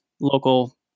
local